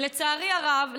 ולצערי הרב,